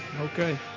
Okay